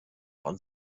waren